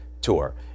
tour